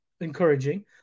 Encouraging